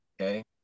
okay